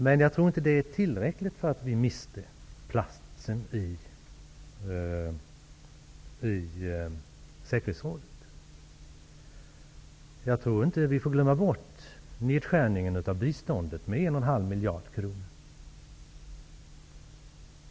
Men det är inte en tillräcklig förklaring till att vi miste platsen i säkerhetsrådet. Vi får inte glömma bort nedskärningen av biståndet med 1,5 miljarder kronor.